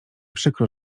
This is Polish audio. przykro